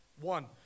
One